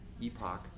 epoch